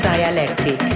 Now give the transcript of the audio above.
Dialectic